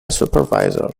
supervisor